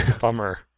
Bummer